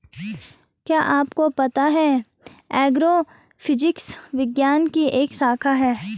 क्या आपको पता है एग्रोफिजिक्स विज्ञान की एक शाखा है?